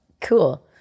Cool